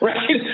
Right